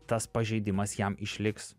tas pažeidimas jam išliks